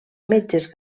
metges